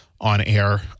on-air